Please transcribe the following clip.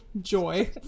Joy